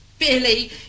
Billy